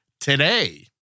today